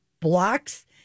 blocks